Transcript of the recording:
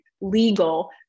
legal